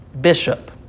bishop